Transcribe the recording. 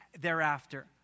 thereafter